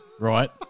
right